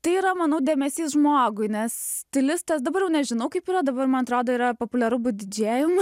tai yra manau dėmesys žmogui nes stilistas dabar jau nežinau kaip yra dabar man atrodo yra populiaru būt didžėjum